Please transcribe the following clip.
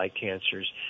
cancers